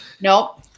Nope